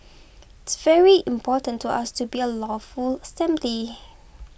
it's very important to us to be a lawful assembly